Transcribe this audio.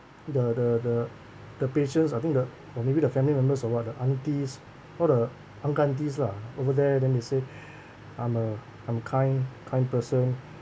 the the the the patients I think the or maybe the family members or what like the aunties all the uncle aunties lah over there then they say I'm a I'm kind kind person